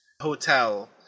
hotel